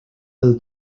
del